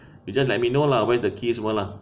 you just let me know lah where is the key semua lah